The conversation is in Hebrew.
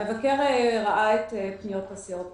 המבקר ראה את פניות הסיעות